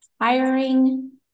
hiring